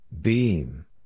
Beam